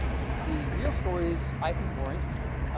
the real story is i think more interesting